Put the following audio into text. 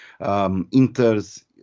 Inter's